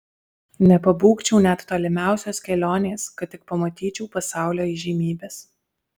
nepabūgčiau net tolimiausios kelionės kad tik pamatyčiau pasaulio įžymybes